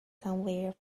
somewhere